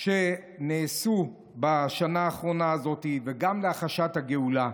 שנעשו בשנה האחרונה הזאת, וגם להחשת הגאולה.